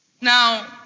Now